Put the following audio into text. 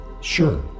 Sure